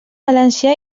valencià